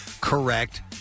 correct